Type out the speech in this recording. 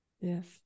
Yes